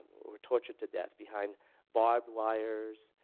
were tortured to death behind barbed wires,